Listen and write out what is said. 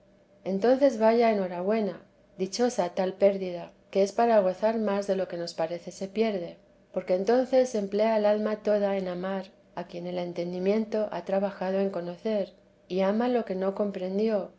entonces vaya en hora buena dichosa tal pérdida que es para gozar más de lo que nos parece so pierde porque entonces se emplea el alma toda en amar a quien el entendimiento ha trabajado en conocer y ama lo que no comprendió